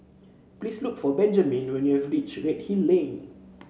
please look for Benjamin when you have reach Redhill Lane